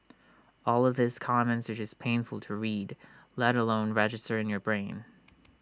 all of these comments are just painful to read let alone register in your brain